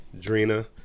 Drina